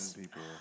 people